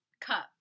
cup